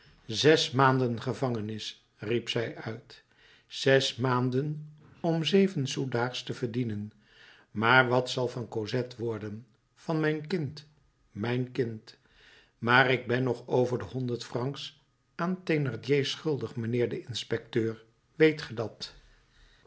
zes maanden gevangenis riep zij uit zes maanden om zeven sous daags te verdienen maar wat zal van cosette worden van mijn kind mijn kind maar ik ben nog over de honderd francs aan thénardier schuldig mijnheer de inspecteur weet ge dat